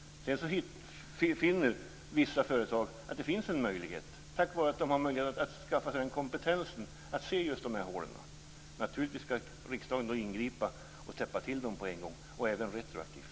Sedan finner vissa företag att det finns en möjlighet tack vare att de kan skaffa sig en kompetens för att se de här hålen. Naturligtvis skall riksdagen då ingripa och täppa till hålen med en gång - och även retroaktivt.